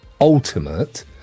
Ultimate